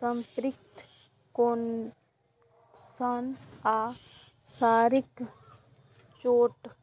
संपत्तिक नोकसान आ शारीरिक चोट